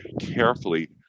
carefully